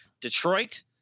detroit